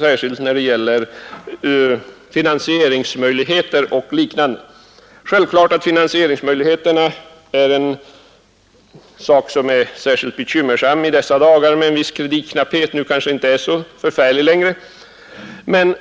särskilt i fråga om finansieringsmöjligheter och liknande. Självklart är finansieringsmöjligheterna någonting bekymmersamt i dessa dagar med en viss kreditknapphet, även om lånemöjligheterna har lättat något.